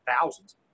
thousands